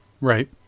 Right